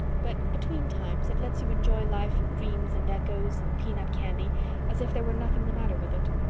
but between times it lets you enjoy life and dreams and echoes and peanut candy as if there were nothing the matter with it.